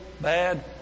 bad